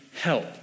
help